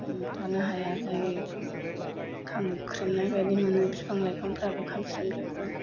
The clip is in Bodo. थानो हाया जायो बिदिनो खामख्रेमनाय बायदि मोनो बिफां लाइफांफ्राबो खामस्रेम जोबो